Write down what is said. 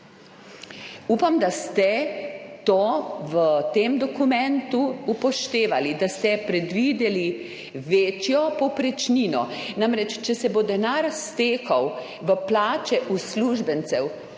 Upam, da ste to v tem dokumentu upoštevali, da ste predvideli večjo povprečnino. Namreč, če se bo denar stekal v plače uslužbencev,